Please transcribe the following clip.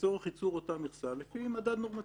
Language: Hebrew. לצורך ייצור אותה מכסה לפי מדד נורמטיבי.